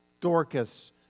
Dorcas